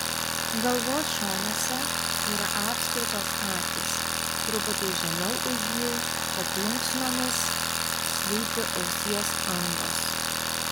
galvos šonuose yra apskritos akys truputį žemiau už jų po plunksnomis slypi ausies angos